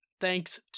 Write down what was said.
thanks